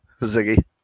Ziggy